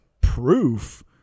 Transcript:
proof